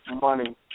money